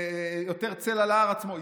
יותר צל על ההר עצמו.